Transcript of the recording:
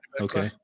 okay